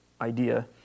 idea